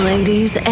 Ladies